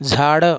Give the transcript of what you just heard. झाडं